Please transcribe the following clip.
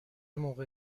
موقع